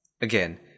Again